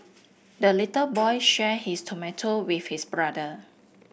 the little boy shared his tomato with his brother